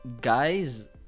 guys